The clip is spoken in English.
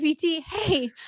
hey